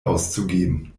auszugeben